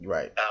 Right